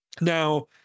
Now